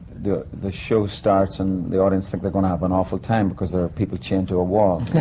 the. the show starts and the audience think they're gonna have an awful time, because there are people chained to a wall.